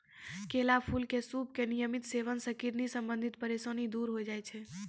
केला फूल के सूप के नियमित सेवन सॅ किडनी संबंधित परेशानी दूर होय जाय छै